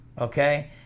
okay